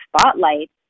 spotlight